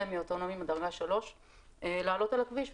סמי-אוטונומיים מדרגה 3 לעלות על הכביש,